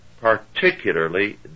particularly